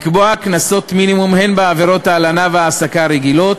לקבוע קנסות מינימום הן בעבירות ההלנה וההעסקה הרגילות